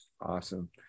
Awesome